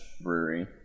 brewery